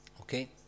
Okay